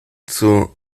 zum